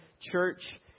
church